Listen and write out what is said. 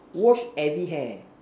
wash every hair